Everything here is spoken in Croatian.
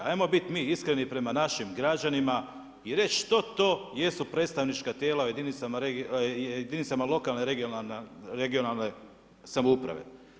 Ajmo biti mi iskreni prema našim građanima i reći što to jesu predstavnička tijela u jedinicama lokalne i regionalne samouprave.